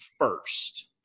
first